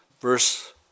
Verse